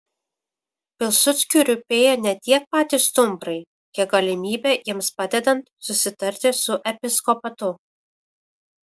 pilsudskiui rūpėjo ne tiek patys stumbrai kiek galimybė jiems padedant susitarti su episkopatu